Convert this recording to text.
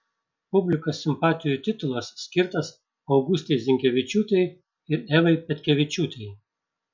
publikos simpatijų titulas skirtas augustei zinkevičiūtei ir evai petkevičiūtei